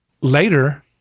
Later